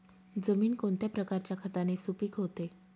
जमीन कोणत्या प्रकारच्या खताने सुपिक होते?